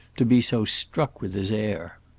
to be so struck with his air.